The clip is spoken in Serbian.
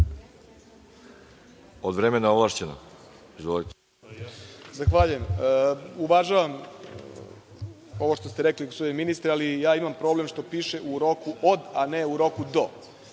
**Miroslav Aleksić** Zahvaljujem. Uvažavam ovo što ste rekli gospodine ministre, ali ja imam problem što piše u roku od, a ne u roku do,